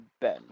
Ben